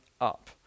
up